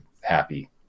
happy